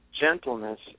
gentleness